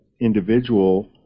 individual